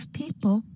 people